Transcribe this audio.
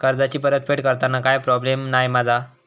कर्जाची फेड करताना काय प्रोब्लेम नाय मा जा?